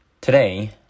Today